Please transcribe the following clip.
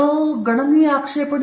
ಕೆಲವು ಗಣನೀಯ ಆಕ್ಷೇಪಣೆ